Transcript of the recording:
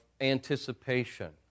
anticipation